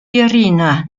irina